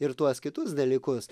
ir tuos kitus dalykus